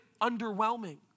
underwhelming